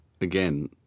again